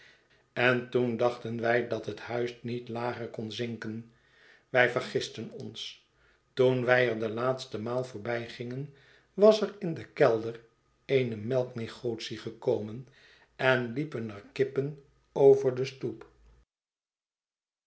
en toen dachten wij dat het huis niet lager kon zinken wij vergisten ons toen wij er de laatste rnaal voorbij gingen was er in den kelder eene melknegotie gekomen en liepen er kippen over de stoep